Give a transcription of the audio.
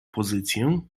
pozycję